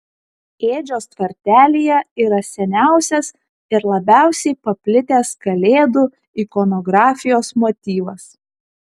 ėdžios tvartelyje yra seniausias ir labiausiai paplitęs kalėdų ikonografijos motyvas